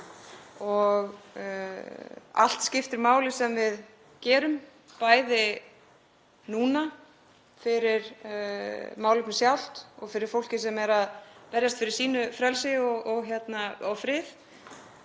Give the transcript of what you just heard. Allt skiptir máli sem við gerum, bæði núna, fyrir málefnið sjálft og fyrir fólkið sem er að berjast fyrir sínu frelsi og friði,